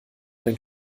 denn